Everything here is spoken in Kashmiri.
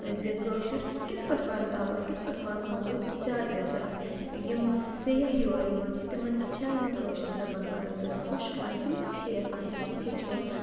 زِ کٲشُر کِتھ پٲٹھۍ وَرتاوو أسۍ کِتھ پٲٹھۍ واتناوو أسۍ جاے بَہ جاے یِم سیاح یور یِوان چھِ تِمَن تہِ چھےٚ یہِ کٲشِر زَبان واریاہ زیادٕ خۄش کَران تِم تہِ چھِ یَژھان ہیٚچھُن